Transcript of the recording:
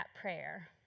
prayer